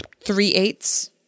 three-eighths